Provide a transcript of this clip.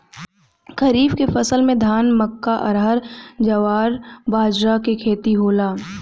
खरीफ के फसल में धान, मक्का, अरहर, जवार, बजरा के खेती होला